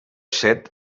set